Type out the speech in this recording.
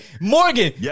Morgan